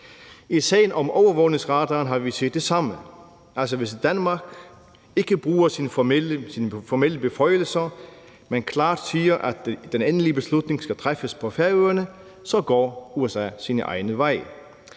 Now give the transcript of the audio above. I sagen om overvågningsradaren har vi set det samme: Altså, hvis Danmark ikke bruger sine formelle beføjelser, men klart siger, at den endelige beslutning skal træffes på Færøerne, så går USA sine egne veje.